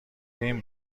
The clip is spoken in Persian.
این